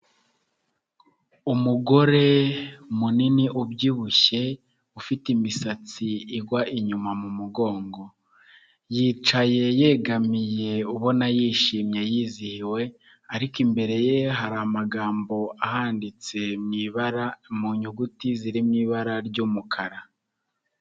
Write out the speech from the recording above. Umugore munini ubyibushye, ufite imisatsi igwa inyuma mu mugongo, yicaye yegamiye ubona yishimye yizihiwe ariko imbere ye hari amagambo ahanditse mu ibara mu nyuguti ziri mu ibara ry'umukara.